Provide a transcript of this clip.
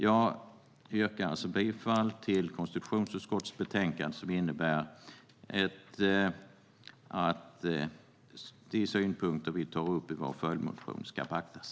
Jag yrkar bifall till konstitutionsutskottets förslag, som innebär att de synpunkter som tas upp i vår följdmotion ska beaktas.